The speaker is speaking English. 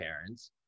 parents